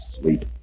sleep